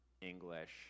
English